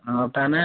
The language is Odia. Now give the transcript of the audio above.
ହଁ ତାନେ